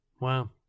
Wow